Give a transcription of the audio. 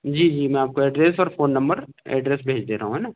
जी जी मैं आपको एड्रेस और फ़ोन नम्बर एड्रेस भेज दे रहा हूँ है न